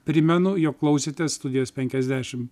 primenu jog klausėte studijos penkiasdešimt